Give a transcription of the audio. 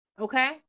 Okay